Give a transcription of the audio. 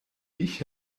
ich